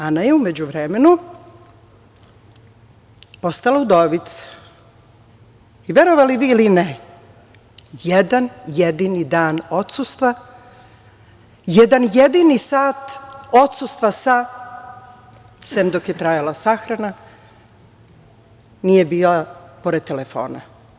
Ana je u međuvremenu postala udovica, i verovali vi ili ne, jedan jedini dan odsustva, jedan jedini sat odsustva, sem dok je trajala sahrana, nije bila pored telefona.